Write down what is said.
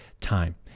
time